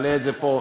מעלה את זה פה,